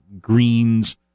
greens